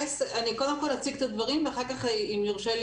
קודם כל אציג את הדברים ואחר כך אם יורשה לי